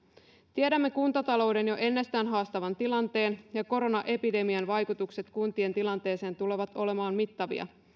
tiedämme kuntatalouden jo ennestään haastavan tilanteen ja koronaepidemian vaikutukset kuntien tilanteeseen tulevat olemaan mittavia